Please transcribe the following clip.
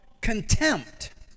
contempt